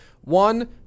one